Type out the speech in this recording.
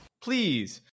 Please